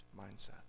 mindset